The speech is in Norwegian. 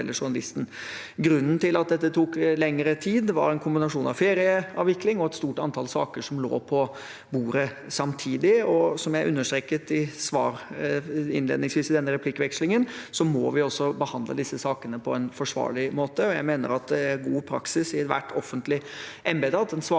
Grunnen til at det tok lengre tid, var en kombinasjon av ferieavvikling og et stort antall saker som lå på bordet samtidig. Som jeg understreket i svaret innledningsvis i denne replikkvekslingen, må vi også behandle disse sakene på en forsvarlig måte. Jeg mener at det er god praksis i ethvert offentlig embete at en svarer